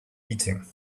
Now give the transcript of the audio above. eating